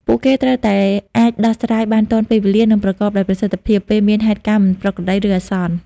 ពួកគេត្រូវតែអាចដោះស្រាយបានទាន់ពេលវេលា និងប្រកបដោយប្រសិទ្ធភាព ពេលមានហេតុការណ៍មិនប្រក្រតី ឬអាសន្ន។